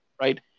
right